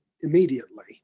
immediately